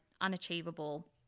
unachievable